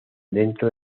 dentro